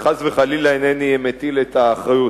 וחס וחלילה אינני מטיל את האחריות.